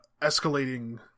escalating